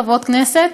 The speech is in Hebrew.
חברות כנסת.